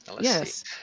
Yes